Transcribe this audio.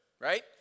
right